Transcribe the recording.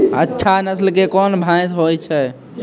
अच्छा नस्ल के कोन भैंस होय छै?